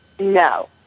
No